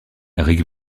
rick